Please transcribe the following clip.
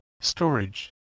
storage